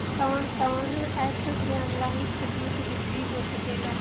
कवन कवन एप से ऑनलाइन खरीद बिक्री हो सकेला?